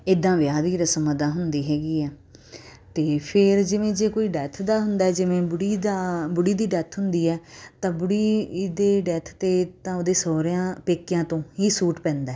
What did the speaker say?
ਇੱਦਾਂ ਵਿਆਹ ਦੀ ਰਸਮ ਅਦਾ ਹੁੰਦੀ ਹੈਗੀ ਹੈ ਅਤੇ ਫਿਰ ਜਿਵੇਂ ਜੇ ਕੋਈ ਡੈਥ ਦਾ ਹੁੰਦਾ ਜਿਵੇਂ ਬੁੜੀ ਦਾ ਬੁੜੀ ਦੀ ਡੈਥ ਹੁੰਦੀ ਹੈ ਤਾਂ ਬੁੜੀ ਦੇ ਡੈਥ 'ਤੇ ਤਾਂ ਉਹਦੇ ਸਹੁਰਿਆਂ ਪੇਕਿਆਂ ਤੋਂ ਹੀ ਸੂਟ ਪੈਂਦਾ